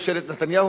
ממשלת נתניהו,